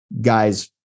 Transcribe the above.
guys